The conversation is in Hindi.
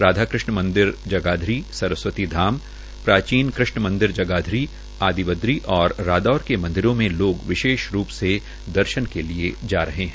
राधा कृष्ण मंदिर जगाधरी सरस्वती धाम प्राचीन कृष्ण मंदिर जगाधरी आदि बद्गी नाथ और रादौर के मंदिरों में लोग विशेष रूप से दर्शन के लिए जा रहे है